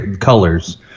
colors